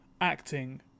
acting